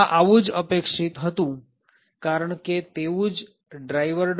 આ આવું જ અપેક્ષિત હતું કારણકે તેવું જ driver